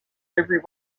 every